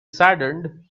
saddened